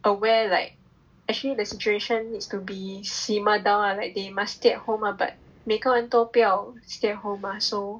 aware like actually the situation needs to be simmer down ah like they must stay at home but 每个人都不要 stay at home so